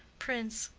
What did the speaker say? prince.